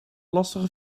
lastige